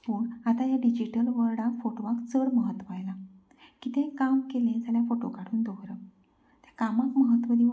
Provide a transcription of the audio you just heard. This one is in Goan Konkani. आतां ह्या डिजीटल वल्डाक फोटवांक चड महत्व आयलां कितेंय काम केलें जाल्यार फोटो काडून दवरप त्या कामाक महत्व दिवप ना पूण त्या फोटवाक चड महत्व दिवप